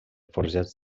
forjats